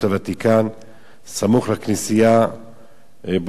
סמוך לכנסייה שבה שוכן קבר דוד המלך,